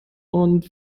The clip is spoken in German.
und